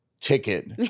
ticket